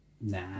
Nah